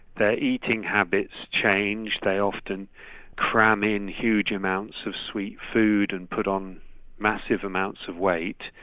their eating habits change, they often cram in huge amounts of sweet food and put on massive amounts of weight,